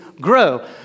grow